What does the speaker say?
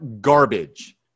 garbage